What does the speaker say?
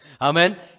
Amen